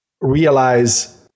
realize